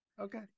Okay